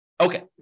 Okay